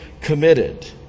committed